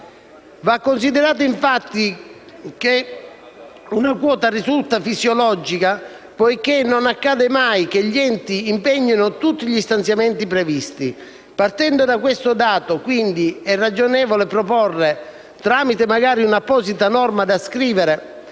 Va considerato, infatti, che una quota di *overshooting* risulta fisiologica, poiché non accade mai che gli enti impegnino tutti gli stanziamenti previsti. Partendo da questo dato, quindi, è ragionevole proporre, tramite magari un'apposita norma da scrivere